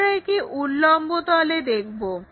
আমরা একে উল্লম্ব তলে দেখবো